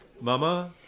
Mama